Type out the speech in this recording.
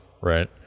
right